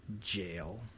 jail